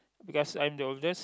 because I am the older